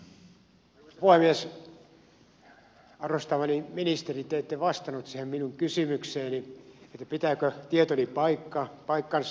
arvostamani ministeri te ette vastannut siihen minun kysymykseeni pitääkö tietoni paikkansa